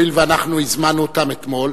הואיל ואנחנו הזמנו אותם אתמול,